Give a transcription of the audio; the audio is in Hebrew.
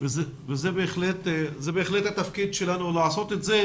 זה בהחלט התפקיד שלנו לעשות את זה.